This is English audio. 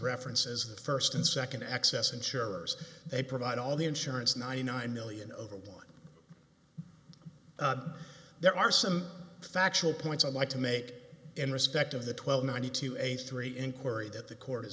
reference as the first and second access insurers they provide all the insurance ninety nine million over one there are some factual points i'd like to make in respect of the twelve ninety two eighty three inquiry that the court is